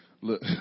Look